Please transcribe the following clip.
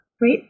right